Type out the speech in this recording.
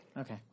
Okay